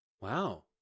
Wow